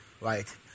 right